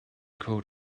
coat